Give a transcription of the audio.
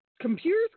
Computers